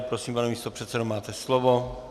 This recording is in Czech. Prosím, pane místopředsedo, máte slovo.